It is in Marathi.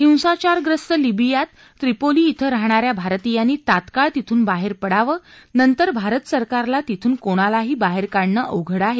हिंसाचाख्रस्त लिबियात त्रिपोली क्रे राहणाऱ्या भारतीयांनी तात्काळ तिथून बाहेर पडावं नतर भारत सरकारला तिथून कोणालाही बाहेर काढणं अवघड आहे